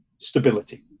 stability